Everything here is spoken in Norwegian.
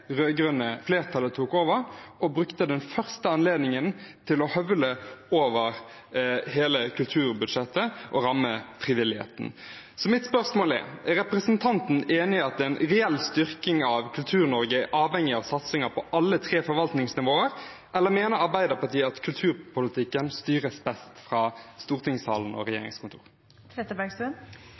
rød-grønne flertallet tok over, og brukte den første anledningen til å høvle over hele kulturbudsjettet og ramme frivilligheten. Så mitt spørsmål er: Er representanten enig i at en reell styrking av Kultur-Norge er avhengig av satsinger på alle tre forvaltningsnivåer, eller mener Arbeiderpartiet at kulturpolitikken styres best fra stortingssalen og